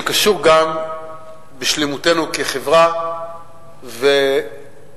שקשור גם בשלמותנו כחברה ובחיינו.